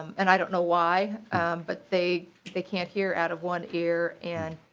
and i don't know why but they they can't hear out of one year and